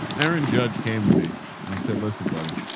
aaron judge came to me and he said, listen, buddy,